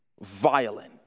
violent